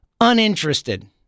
uninterested